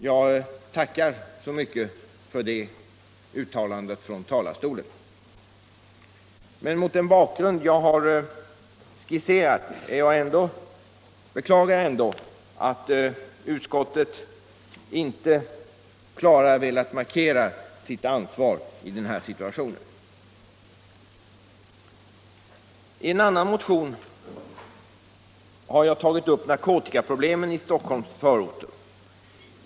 Jag tackar så mycket för det uttalandet från talarstolen, men mot den bakgrund jag har skisserat beklagar jag ändå att utskottet inte klarare velat markera sitt ansvar i den här situationen. I en annan motion har jag tagit upp narkotikaproblemen i Stockholms förorter.